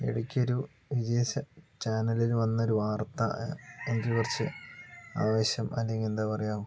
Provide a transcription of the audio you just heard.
ഇടയ്ക്ക് ഒരു വിദേശ ചാനലിൽ വന്ന ഒരു വാർത്ത എനിക്ക് കുറച്ച് ആവേശം അല്ലെങ്കിൽ എന്താ പറയുക